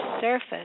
surface